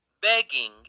begging